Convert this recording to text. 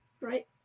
right